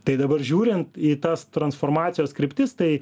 tai dabar žiūrint į tas transformacijos kryptis tai